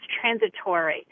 transitory